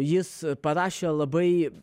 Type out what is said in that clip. jis parašė labai